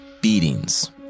Beatings